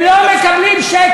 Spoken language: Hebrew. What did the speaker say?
100,000. הם לא מקבלים שקל.